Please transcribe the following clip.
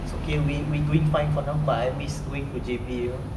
it's okay we we doing fine for now but I miss going to J_B lor